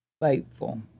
faithful